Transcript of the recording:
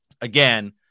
Again